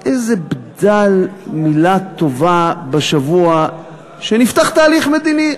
איזה בדל מילה טובה בשבוע שנפתח תהליך מדיני.